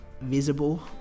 visible